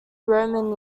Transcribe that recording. roman